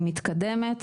היא מתקדמת,